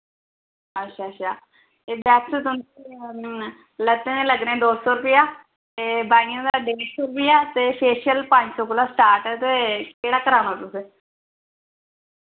अच्छा अच्छा वैक्स थोहानू लत्तें दे लग्गने दो सौ रपेया ते बाहियें दा डेढ़ सौ रपेआ ते फेशिअल पंज सौ कोला स्टार्ट ऐ ते केह्ड़ा कराना तुसैं